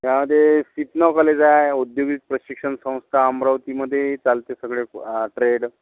त्यामधे सिपना कॉलेज आहे औद्योगिक प्रशिक्षण संस्था अमरावतीमधे चालते सगळे ट्रेड